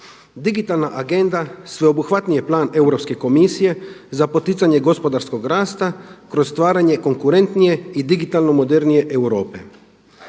Digitalna agenda sveobuhvatni je plan Europske komisije za poticanje gospodarskog rasta kroz stvaranje konkurentnije i digitalno modernije Europe.